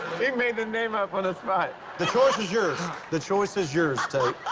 made the name up on the spot. the choice is yours. the choice is yours, tate.